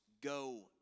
go